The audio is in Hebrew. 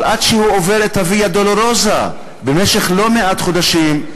אבל עד שהוא עובר את הוויה-דולורוזה במשך לא מעט חודשים,